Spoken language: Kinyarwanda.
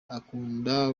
akunda